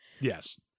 Yes